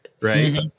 right